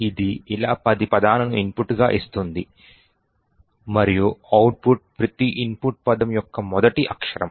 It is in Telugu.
ఇది ఇలా పది పదాలను ఇన్పుట్ గా ఇస్తుంది మరియు అవుట్పుట్ ప్రతి ఇన్పుట్ పదం యొక్క మొదటి అక్షరం